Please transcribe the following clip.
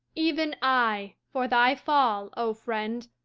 even i, for thy fall, o friend,